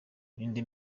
n’indi